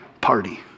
party